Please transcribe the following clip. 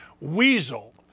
weasel